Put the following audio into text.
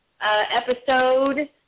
episode